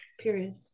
period